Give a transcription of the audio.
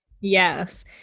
Yes